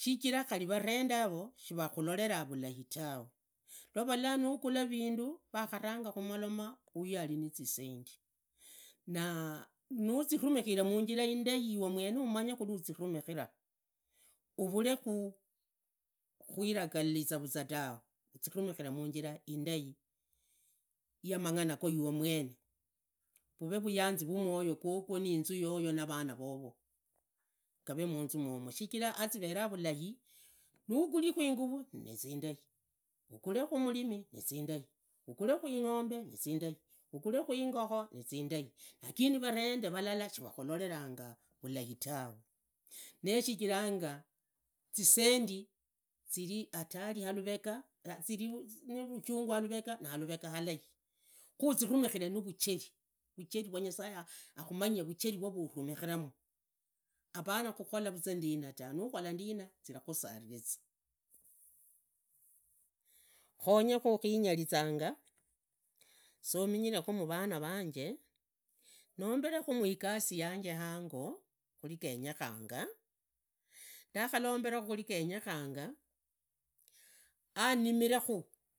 shichira khari varende yavo shivakhulolera vulai tawe valla nugula vindu vakharanga khumoloma uyu arinizisendi naanuzirumikhire khunjira indai yiwe mwene namanye khuri azivumikhira uvarekhuivagaliza tawe uziru mighire muunjira indai yamang'ana go go mwene vuree vuyanzi vwa mwoyo gwogwo na inzu yoyo navana vovo gavee munzu mwomwo shichiraa haziverehao vulai nughulikhui inguvu nizindai ugulekhu ingokhoo nizinda lakini varende valala shivakhulolelanga vulai tawe neshichivanga zisendi zivii hatari haluvega zirinavuchungu haluvega nahaluvega halai khu azivumikhire nuvujeni vujeni vwa nyasaye akhumanye vacheri vwahurumikhiramu apana khukhola za ndina ta nukhola ndina zilakhusaririza khonyekhu kwinyaririza sominyekhu vana vanje nomberekhu igasi ganye hango khurigenyakha khungenyakhanga ndakholombera khuri genyekhanga animirekhu.